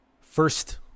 first